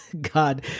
God